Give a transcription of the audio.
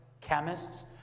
chemists